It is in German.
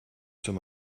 zum